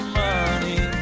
money